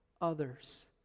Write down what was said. others